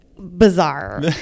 bizarre